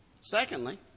Secondly